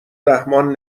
رحمان